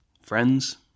friends